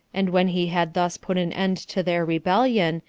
and when he had thus put an end to their rebellion,